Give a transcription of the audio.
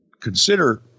consider